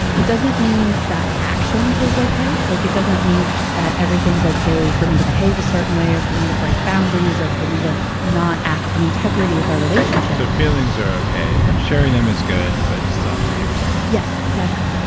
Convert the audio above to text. it doesn't mean that action is okay. like it doesn't mean that everything's okay for me to behave a certain way or for me to break boundaries or for me to not act in integrity with our relationship. so feelings are okay and sharing them is good, but you still have to behave yourself. yes. exactly. all right.